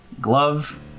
Glove